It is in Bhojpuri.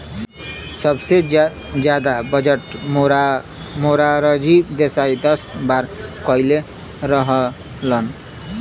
सबसे जादा बजट मोरारजी देसाई दस बार कईले रहलन